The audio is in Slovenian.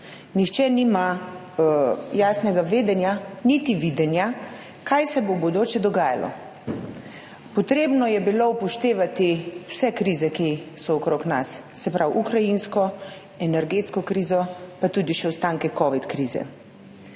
Nihče nima jasnega vedenja niti videnja, kaj se bo v bodoče dogajalo. Potrebno je bilo upoštevati vse krize, ki so okrog nas, se pravi ukrajinsko, energetsko krizo, pa tudi še ostanke covid krize.